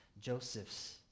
Joseph's